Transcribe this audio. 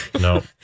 No